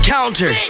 Counter